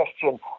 question